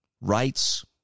rights